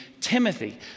Timothy